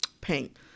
paint